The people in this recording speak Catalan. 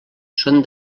són